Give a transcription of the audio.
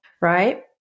right